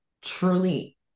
truly